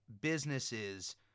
businesses